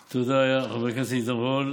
תודה, חבר הכנסת עידן רול.